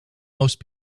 most